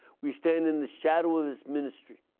we stand in the shadow of his ministry.